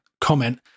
comment